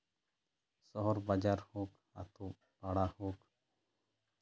ᱥᱚᱦᱚᱨ ᱵᱟᱡᱟᱨ ᱦᱳᱠ ᱟᱛᱳ ᱯᱟᱲᱟ ᱦᱳᱠ